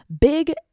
big